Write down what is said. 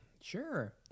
Sure